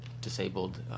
disabled